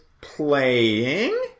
playing